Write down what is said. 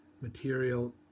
material